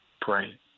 pray